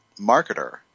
marketer